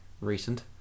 recent